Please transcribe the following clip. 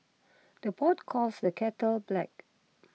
the pot calls the kettle black